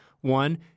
One